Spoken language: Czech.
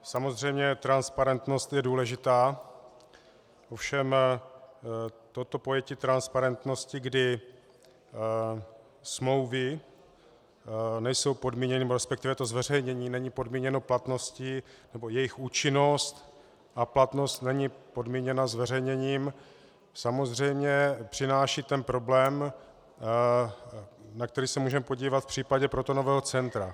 Samozřejmě transparentnost je důležitá, ovšem toto pojetí transparentnosti, kdy smlouvy nejsou podmíněny, resp. zveřejnění není podmíněno platností, nebo jejich účinnost a platnost není podmíněna zveřejněním, samozřejmě přináší ten problém, na který se můžeme podívat v případě protonového centra.